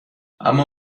اما